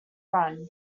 run